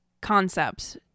concepts